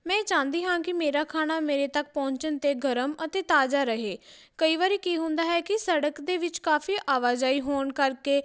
ਮੈਂ ਚਾਹੁੰਦੀ ਹਾਂ ਕਿ ਮੇਰਾ ਖਾਣਾ ਮੇਰੇ ਤੱਕ ਪਹੁੰਚਣ 'ਤੇ ਗਰਮ ਅਤੇ ਤਾਜ਼ਾ ਰਹੇ ਕਈ ਵਾਰੀ ਕੀ ਹੁੰਦਾ ਹੈ ਕਿ ਸੜਕ ਦੇ ਵਿੱਚ ਕਾਫ਼ੀ ਆਵਾਜਾਈ ਹੋਣ ਕਰਕੇ